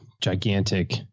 gigantic